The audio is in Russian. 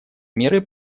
меры